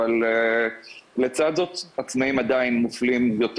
אבל לצד זאת עצמאים עדיין מופלים יותר